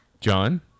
John